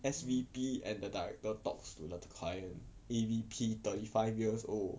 S_V_P and the director talks to the client A_V_P thirty five years old